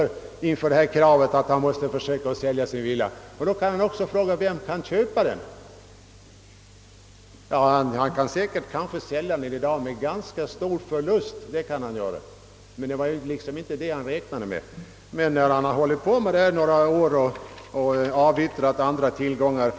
Om han däremot väljer alternativet att under ett antal år behålla villan med tanke på sin växande och ganska stora familj, måste han så småningom ändå sälja och skaffa sig en lägenhet i stället.